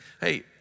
Hey